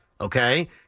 okay